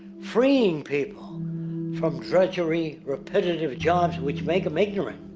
freeing people from drudgery, repetitive jobs which make them ignorant.